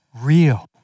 real